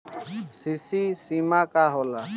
CC सीमा का होला?